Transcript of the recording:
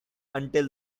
until